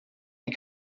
die